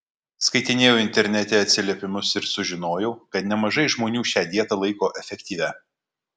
skaitinėjau internete atsiliepimus ir sužinojau kad nemažai žmonių šią dietą laiko efektyvia